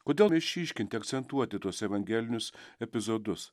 kodėl išryškinti akcentuoti tuos evangelinius epizodus